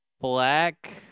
Black